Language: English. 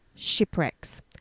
shipwrecks